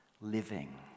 living